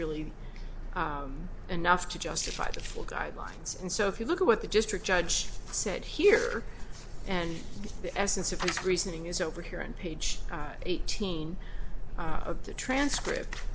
really enough to justify the full guidelines and so if you look at what the district judge said here and the essence of its reasoning is over here and page eighteen of the transcript